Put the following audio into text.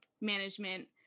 management